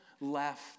left